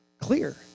clear